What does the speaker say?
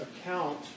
account